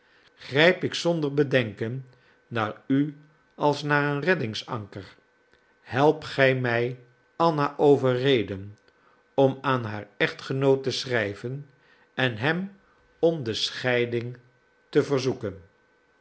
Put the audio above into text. grijp ik zonder bedenken naar u als naar een reddingsanker help gij mij anna overreden om aan haar echtgenoot te schrijven en hem om de scheiding te verzoeken